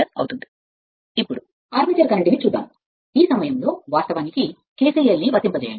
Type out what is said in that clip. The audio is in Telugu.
ఇప్పుడు ఆర్మేచర్ కరెంట్ ఈ ∅ ఈ సమయంలో వాస్తవానికి kcl ను వర్తింపజేయండి